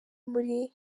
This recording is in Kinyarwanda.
muri